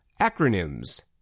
Acronyms